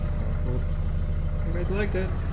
i hope you guys liked it!